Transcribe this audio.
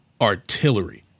artillery